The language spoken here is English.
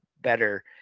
better